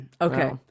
Okay